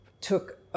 took